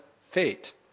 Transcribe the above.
fate